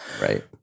Right